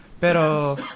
Pero